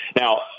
Now